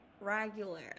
regular